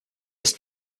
ist